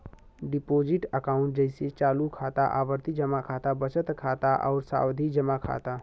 deposit account जइसे चालू खाता, आवर्ती जमा खाता, बचत खाता आउर सावधि जमा खाता